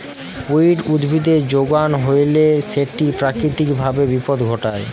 weed উদ্ভিদের যোগান হইলে সেটি প্রাকৃতিক ভাবে বিপদ ঘটায়